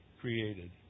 created